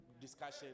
discussion